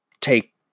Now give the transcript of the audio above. take